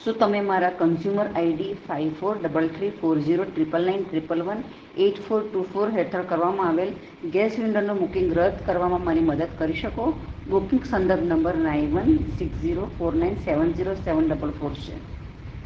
શું તમે મારા consumer ID five four double three four zero triple nine triple one eight four two four હેઠળ કરવામાં આવેલ ગેસ સિલિન્ડરનું બુકિંગ રદ કરવામાં મારી મદદ કરી શકો બુકિંગ સંદર્ભ number nine one six zero four nine seven zero seven double four છે